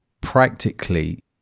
practically